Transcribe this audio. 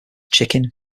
chicken